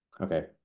okay